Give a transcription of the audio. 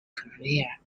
career